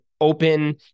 open